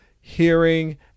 hearing